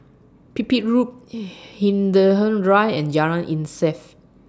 Pipit Road Hindhede Drive and Jalan Insaf